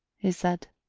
he said,